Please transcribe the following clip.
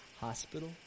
hospital